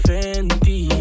Fendi